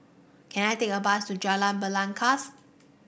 can I take a bus to Jalan Belangkas